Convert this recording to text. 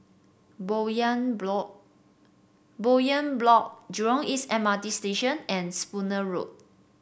Bowyer Block Bowyer Block Jurong East M R T Station and Spooner Road